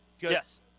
Yes